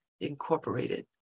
Incorporated